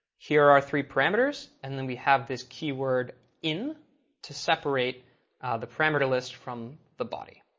here are three parameters, and then we have this keyword in to separate the parameter list from the body.